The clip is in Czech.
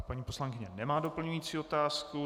Paní poslankyně nemá doplňující otázku.